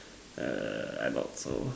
err I doubt so